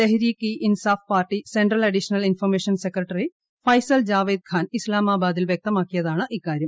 തെ്ഫ്റ്ര്ീക് e Insaf party central additional information secretary Faisal Javed Khan ഇസ്ലാമാബാദിൽ വ്യക്തമാക്കിയതാണ് ഇക്കാര്യം